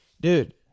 dude